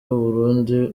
uburundi